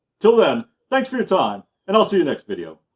till then, thanks for your time and i'll see you next video.